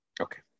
Okay